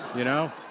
you know,